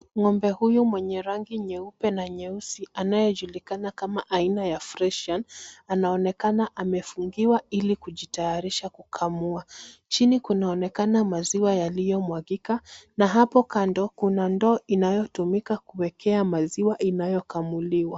Ng'ombe huyu mwenye rangi nyeupe na nyeusi anayejulikana kama aina ya Freshian anaonekana amefungwa ili kujitayarisha kukamuliwa. Chini kunaonekana maziwa yaliyomwagika na hapo kando kuna ndoo inayotumika kuwekea maziwa inayokamuliwa.